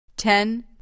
Ten